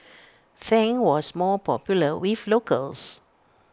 Tang was more popular with locals